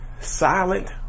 silent